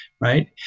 right